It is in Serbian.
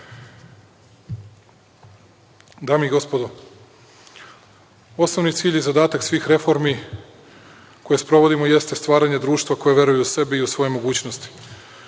i gospodo, osnovni cilj i zadatak svih reformi koje sprovodimo jeste stvaranje društva koje veruje u sebe i svoje mogućnosti.